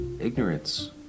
Ignorance